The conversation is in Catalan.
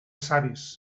savis